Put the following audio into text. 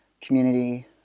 community